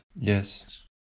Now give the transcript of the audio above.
Yes